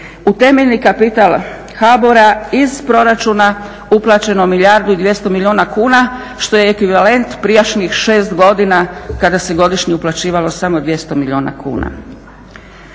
u temeljni kapital HBOR-a iz proračuna uplaćeno milijardu i 200 milijuna kuna što je ekvivalent prijašnjih šest godina kada se godišnje uplaćivalo samo 200 milijuna kuna.